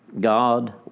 God